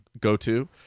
go-to